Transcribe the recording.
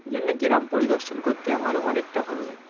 এই জন্য গ্রাম পরিদর্শন করতে আমার অনেকটা ভালো লাগে